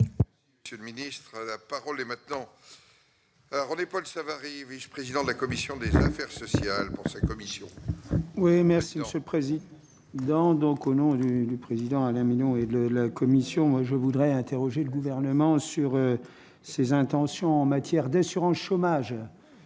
Monsieur le ministre, la parole est maintenant René-Paul Savary oui, président de la commission des affaires sociales pour cette commission. Oui merci monsieur le prési dent donc au nom du du président Alain Milon et de la Commission, je voudrais interroger le gouvernement sur ses intentions en matière d'assurance chômage,